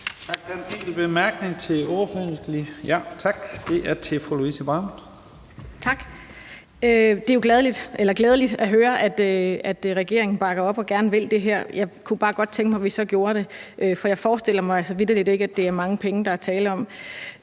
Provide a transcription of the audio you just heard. Det er jo glædeligt at høre, at regeringen bakker op og gerne vil det her, men jeg kunne bare godt tænke mig, at vi så gjorde det, for jeg forestiller mig vitterlig ikke, at det er mange penge, der er tale om.